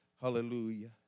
Hallelujah